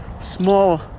small